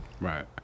Right